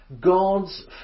God's